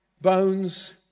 bones